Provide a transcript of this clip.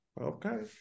Okay